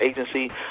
Agency